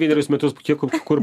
vienerius metus kiek ko kur